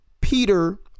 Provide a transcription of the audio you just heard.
peter